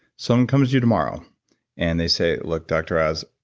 someone comes to you tomorrow and they say, look, dr. oz,